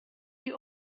you